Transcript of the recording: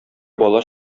бала